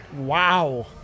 Wow